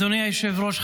אדוני היושב-ראש,